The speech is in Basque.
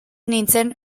nintzen